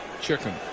chicken